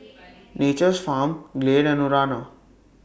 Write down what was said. Nature's Farm Glade and Urana